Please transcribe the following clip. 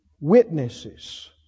witnesses